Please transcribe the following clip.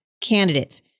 candidates